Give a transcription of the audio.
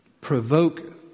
provoke